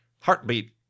heartbeat